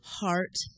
heart